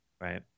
Right